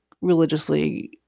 religiously